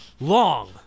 long